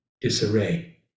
disarray